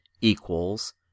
equals